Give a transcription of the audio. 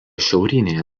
šiaurinėje